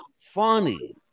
funny